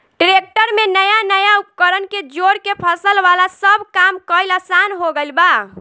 tractor में नया नया उपकरण के जोड़ के फसल वाला सब काम कईल आसान हो गईल बा